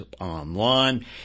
online